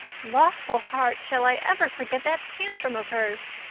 lawful heart, shall i ever forget that tantrum of hers!